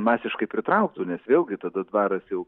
masiškai pritrauktų nes vėlgi tada dvaras jau